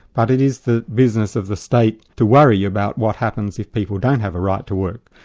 but it is the business of the state to worry about what happens if people don't have a right to work.